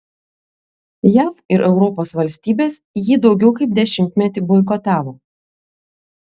jav ir europos valstybės jį daugiau kaip dešimtmetį boikotavo